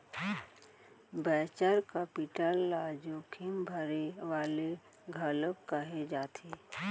venture capital ल जोखिम भरे वाले घलोक कहे जाथे